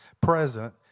present